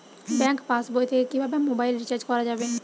Bank পাশবই থেকে কিভাবে মোবাইল রিচার্জ করা যাবে?